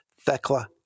Thecla